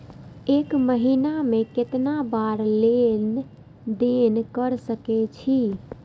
एक महीना में केतना बार लेन देन कर सके छी?